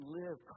live